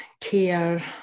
care